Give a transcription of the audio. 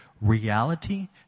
reality